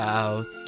out